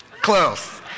Close